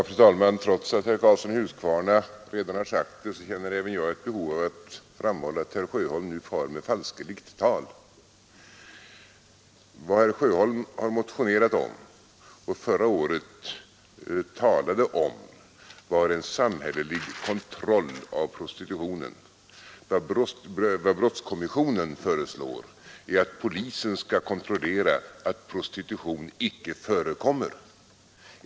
Fru talman! Trots att herr Karlsson i Huskvarna redan har sagt det så känner även jag ett behov av att framhålla att herr Sjöholm nu far med falskeligt tal. Vad herr Sjöholm har motionerat om och förra året talade om är en samhällelig kontroll av prostitutionen. Vad brottskommissionen föreslår är att polisen skall kontrollera att prostitution icke förekommer.